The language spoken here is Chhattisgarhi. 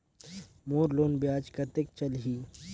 मोर लोन ब्याज कतेक चलही?